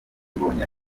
mbonyi